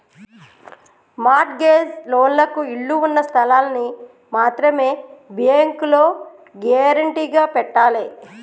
mart gauge లోన్లకు ఇళ్ళు ఉన్న స్థలాల్ని మాత్రమే బ్యేంకులో గ్యేరంటీగా పెట్టాలే